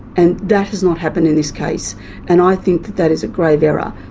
and that has not happened in this case and i think that that is a grave error.